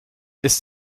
ist